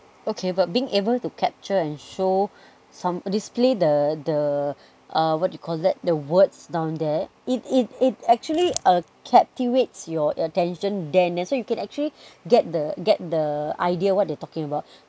okay but being able to capture and show some display the the uh what you call that the words down there it it it actually uh captivates your attention then that's how you can actually get the get the idea what they are talking about